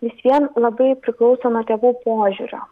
vis vien labai priklauso nuo tėvų požiūrio